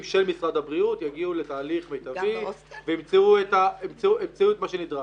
של משרד הבריאות יגיעו לתהליך מיטבי וימצאו את מה שנדרש.